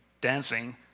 dancing